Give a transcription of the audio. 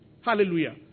Hallelujah